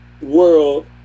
world